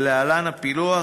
להלן הפילוח,